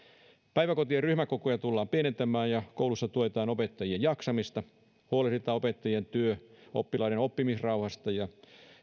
päiväkotien ryhmäkokoja tullaan pienentämään ja koulussa tuetaan opettajien jaksamista huolehditaan opettajien työ ja oppilaiden oppimisrauhasta ja